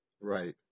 Right